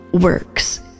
works